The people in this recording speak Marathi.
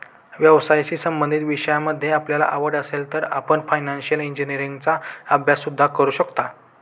व्यवसायाशी संबंधित विषयांमध्ये आपल्याला आवड असेल तर आपण फायनान्शिअल इंजिनीअरिंगचा अभ्यास सुद्धा करू शकता